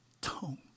tone